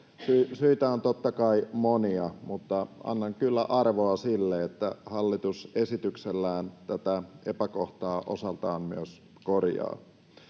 Syitä on totta kai monia, mutta annan kyllä arvoa sille, että hallitus esityksellään tätä epäkohtaa osaltaan myös korjaa.